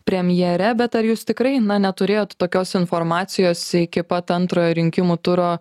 premjere bet ar jūs tikrai na neturėjot tokios informacijos iki pat antrojo rinkimų turo